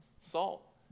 Salt